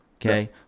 Okay